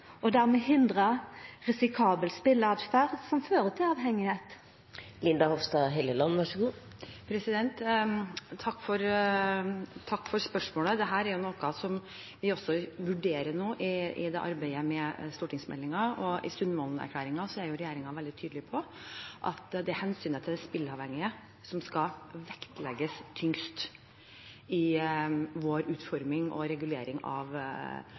og dermed hindra risikabel speleåtferd som fører til avhengigheit? Takk for spørsmålet. Dette er noe som vi også vurderer nå i arbeidet med stortingsmeldingen, og i Sundvolden-erklæringen er regjeringen veldig tydelig på at det er hensynet til de spilleavhengige som skal vektlegges tyngst i vår utforming og regulering av